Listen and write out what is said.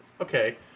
okay